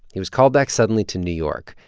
he was called back suddenly to new york.